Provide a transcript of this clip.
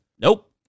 Nope